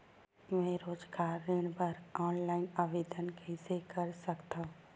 मैं रोजगार ऋण बर ऑनलाइन आवेदन कइसे कर सकथव?